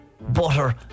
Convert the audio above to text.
butter